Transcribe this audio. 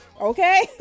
okay